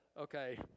okay